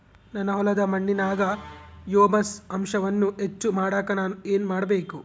ನನ್ನ ಹೊಲದ ಮಣ್ಣಿನಾಗ ಹ್ಯೂಮಸ್ ಅಂಶವನ್ನ ಹೆಚ್ಚು ಮಾಡಾಕ ನಾನು ಏನು ಮಾಡಬೇಕು?